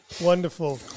wonderful